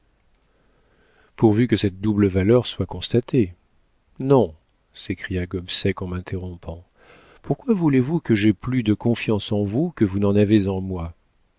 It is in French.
pourvu que cette double valeur soit constatée non s'écria gobseck en m'interrompant pourquoi voulez-vous que j'aie plus de confiance en vous que vous n'en avez en moi